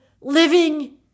living